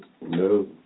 No